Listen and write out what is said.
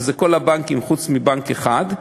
וזה כל הבנקים חוץ מבנק אחד,